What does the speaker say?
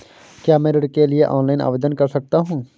क्या मैं ऋण के लिए ऑनलाइन आवेदन कर सकता हूँ?